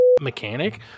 mechanic